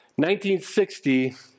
1960